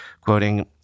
Quoting